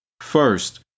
First